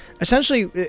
essentially